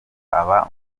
aba